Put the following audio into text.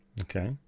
Okay